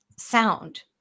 sound